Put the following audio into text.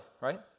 right